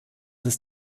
ist